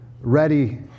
Ready